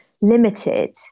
limited